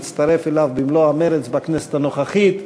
שהצטרף אליו במלוא המרץ בכנסת הנוכחית,